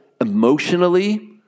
emotionally